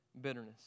bitterness